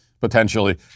potentially